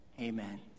Amen